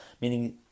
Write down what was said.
Meaning